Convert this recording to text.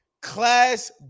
Class